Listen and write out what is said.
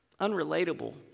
unrelatable